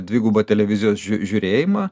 dvigubą televizijos žiūrėjimą